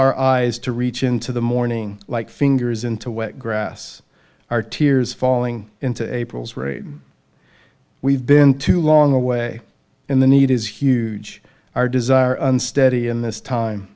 our eyes to reach into the morning like fingers into wet grass our tears falling into april's rain we've been too long away in the need is huge our desire unsteady in this time